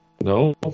No